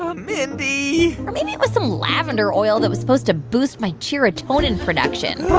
um mindy or maybe it was some lavender oil that was supposed to boost my cheer-a-tonin production